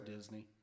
Disney